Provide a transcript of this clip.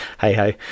hey-ho